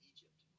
Egypt